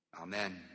Amen